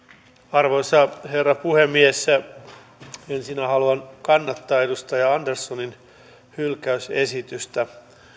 arvoisa herra puhemies ensinnä haluan kannattaa edustaja anderssonin hylkäysesitystä